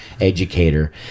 educator